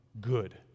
good